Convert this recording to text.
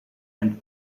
and